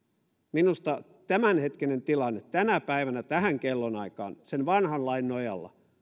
minusta tämänhetkinen tilanne tänä päivänä tähän kellonaikaan sen vanhan lain nojalla